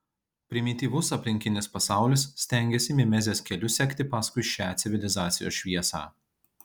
primityvus aplinkinis pasaulis stengiasi mimezės keliu sekti paskui šią civilizacijos šviesą